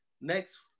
next